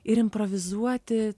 ir improvizuoti